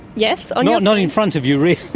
yes, not not in front of you!